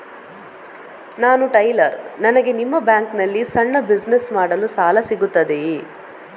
ನಾನು ಟೈಲರ್, ನನಗೆ ನಿಮ್ಮ ಬ್ಯಾಂಕ್ ನಲ್ಲಿ ಸಣ್ಣ ಬಿಸಿನೆಸ್ ಮಾಡಲು ಸಾಲ ಸಿಗುತ್ತದೆಯೇ?